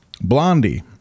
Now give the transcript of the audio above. Blondie